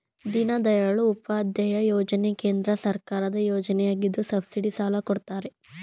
ದೀನದಯಾಳ್ ಉಪಾಧ್ಯಾಯ ಯೋಜನೆ ಕೇಂದ್ರ ಸರ್ಕಾರದ ಯೋಜನೆಯಗಿದ್ದು ಸಬ್ಸಿಡಿ ಸಾಲ ಕೊಡ್ತಾರೆ